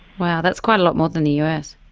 wow, that's quite a lot more than the us.